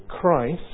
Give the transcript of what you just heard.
Christ